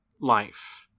life